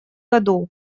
году